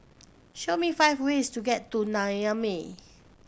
show me five ways to get to Niamey